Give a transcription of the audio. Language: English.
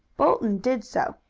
bolton did so.